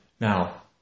Now